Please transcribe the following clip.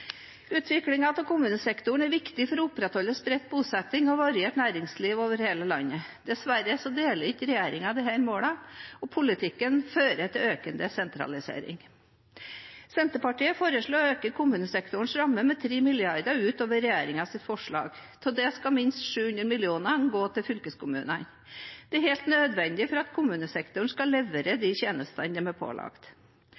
av kommunesektoren er viktig for å opprettholde spredt bosetting og variert næringsliv over hele landet. Dessverre deler ikke regjeringen disse målene, og politikken fører til økende sentralisering. Senterpartiet foreslår å øke kommunesektorens rammer med 3 mrd. kr utover regjeringens forslag. Av dette skal minst 700 mill. kr gå til fylkeskommunene. Dette er helt nødvendig for at kommunesektoren skal levere